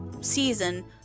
season